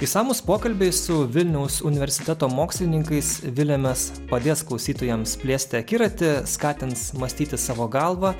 išsamūs pokalbiai su vilniaus universiteto mokslininkais viliamės padės klausytojams plėsti akiratį skatins mąstyti savo galva